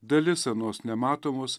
dalis anos nematomos